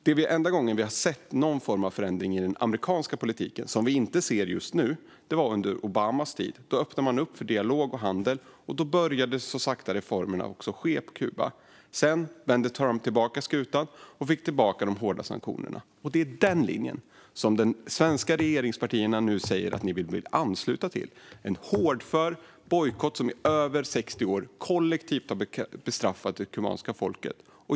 Den enda gång vi har sett någon form av förändring i den amerikanska politiken - något vi inte ser just nu - var under Obamas tid. Då öppnade man upp för dialog och handel, och då började så sakta reformerna också ske på Kuba. Sedan vände Trump tillbaka skutan och fick tillbaka de hårda sanktionerna. Det är denna linje som de svenska regeringspartierna nu säger att ni vill ansluta till. Det är en hårdför bojkott som i över 60 år kollektivt har bestraffat det kubanska folket.